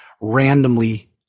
randomly